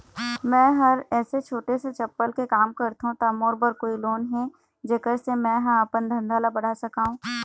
मैं हर ऐसे छोटे से चप्पल के काम करथों ता मोर बर कोई लोन हे जेकर से मैं हा अपन धंधा ला बढ़ा सकाओ?